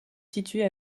situé